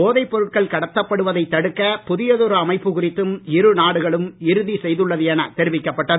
போதைப் பொருட்கள் கடத்தப்படுவதை தடுக்க புதியதொரு அமைப்பு குறித்தும் இரு நாடுகளும் இறுதி செய்துள்ளது என தெரிவிக்கப்பட்டது